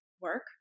work